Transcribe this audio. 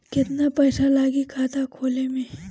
केतना पइसा लागी खाता खोले में?